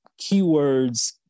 keywords